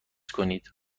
کنید